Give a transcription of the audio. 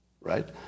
right